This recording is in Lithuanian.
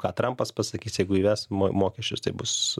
ką trampas pasakys jeigu įves mo mokesčius tai bus